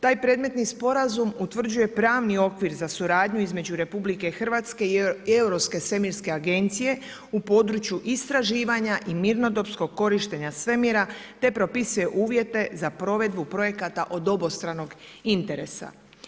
Taj predmetni sporazum utvrđuje pravni okvir za suradnju između RH i Europske svemirske agencije u području istraživanja i mirnodopskog korištenja svemira te propisuje uvjete za provedbu projekata od obostranog interesa.